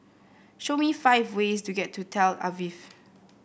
show me five ways to get to Tel Aviv